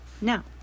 now